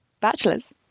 Bachelors